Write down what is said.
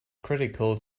critical